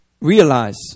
realize